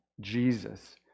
Jesus